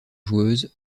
joueuse